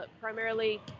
primarily